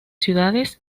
ciudades